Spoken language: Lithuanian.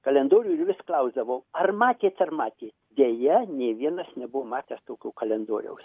kalendorių ir vis klausdavau ar matėt ar matėt deja nė vienas nebuvo matęs tokio kalendoriaus